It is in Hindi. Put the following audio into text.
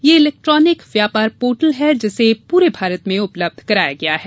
यह एक इलैक्ट्रोनिक व्यापार पोर्टल है जिसे पूरे भारत में उपलब्ध कराया गया है